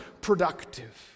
productive